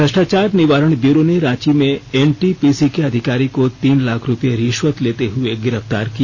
भ्रश्टाचार निवारण ब्यूरो ने रांची में एनटीपीसी के अधिकारी को तीन लाख रूपये रिश्वत लेते हुए गिरफ्तार किया